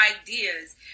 ideas